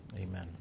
Amen